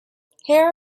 hair